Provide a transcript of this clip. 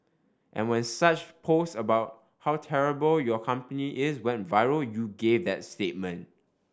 and when such posts about how terrible your company is went viral you gave that statement